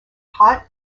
hot